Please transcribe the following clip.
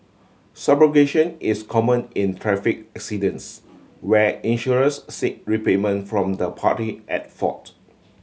subrogation is common in traffic accidents where insurers seek repayment from the party at fault